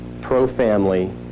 pro-family